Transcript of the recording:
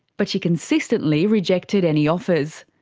but she consistently rejected any offers.